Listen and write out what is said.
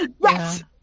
Yes